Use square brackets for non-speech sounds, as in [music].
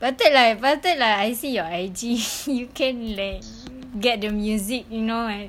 patut lah patut lah I see your I_G [laughs] you can't like get the music you know I